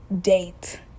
date